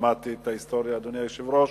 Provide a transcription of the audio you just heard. שמעתי את ההיסטוריה, אדוני היושב-ראש,